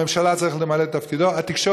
הממשלה צריכה למלא את תפקידה,